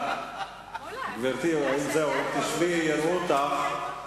גברתי, אם תשבי יראו אותך.